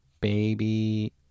Baby